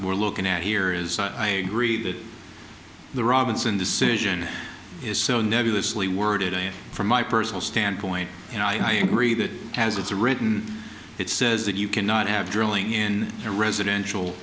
we're looking at here is i agree that the robinson decision is so nebulously worded it from my personal standpoint and i agree that as it's written it says that you cannot have drilling in a residential